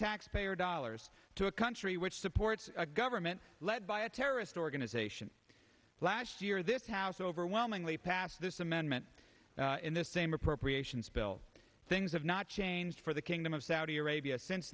taxpayer dollars to a country which supports a government led by a terrorist organization last year this house overwhelmingly passed this amendment in the same appropriations bill things have not changed for the kingdom of saudi arabia since